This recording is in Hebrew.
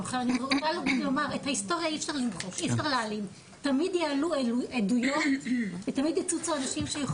הנכון הוא שבשנים האחרונות ועדת שרים